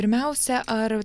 pirmiausia ar